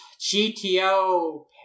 GTO